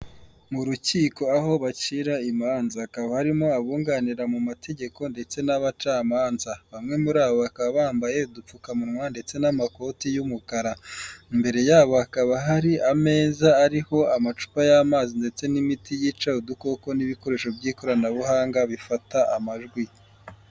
Mu rukiko aho bacira imanza, hakaba harimo abunganira mu mategeko ndetse n'abacamanza, bamwe muri abo bakaba bambaye udupfukamunwa ndetse n'amakoti y'umukara, imbere yabo hakaba hari ameza ariho amacupa y'amazi ndetse n'imiti yica udukoko n'ibikoresho by'ikoranabuhanga bifata amajwi.